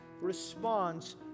response